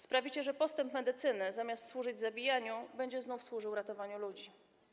Sprawicie, że postęp medycyny, zamiast służyć zabijaniu, będzie znów służył ratowaniu ludzi.